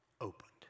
opened